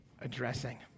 addressing